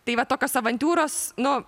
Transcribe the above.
tai vat tokios avantiūros nu